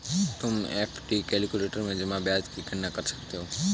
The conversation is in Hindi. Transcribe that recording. तुम एफ.डी कैलक्यूलेटर में जमा ब्याज की गणना कर सकती हो